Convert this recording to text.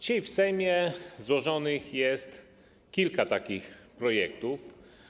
Dzisiaj w Sejmie złożonych jest kilka takich projektów.